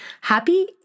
Happy